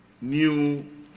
new